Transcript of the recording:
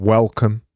Welcome